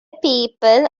people